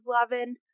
loving